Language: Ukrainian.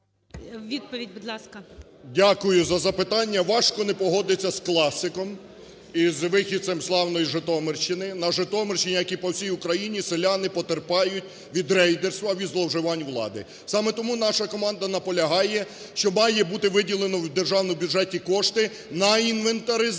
Відповідь, будь ласка. 17:05:31 ЛЯШКО О.В. Дякую за запитання. Важко не погодитися з класиком – із вихідцем славної Житомирщини, на Житомирщині, як і по всій Україні, селяни потерпають від рейдерства, від зловживань влади. Саме тому наша команда наполягає, що має бути виділено в державному бюджеті кошти на інвентаризацію